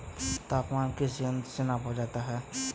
तापमान किस यंत्र से मापा जाता है?